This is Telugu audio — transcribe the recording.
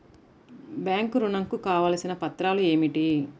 బ్యాంక్ ఋణం కు కావలసిన పత్రాలు ఏమిటి?